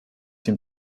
den